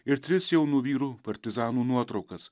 ir tris jaunų vyrų partizanų nuotraukas